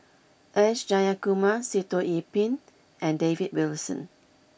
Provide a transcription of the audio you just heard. S Jayakumar Sitoh Yih Pin and David Wilson